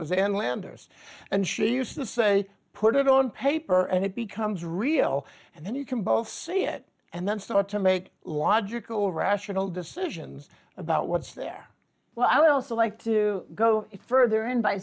was in lander's and she used to say put it on paper and it becomes real and then you can both see it and then start to make logical rational decisions about what's there well i would also like to go further in by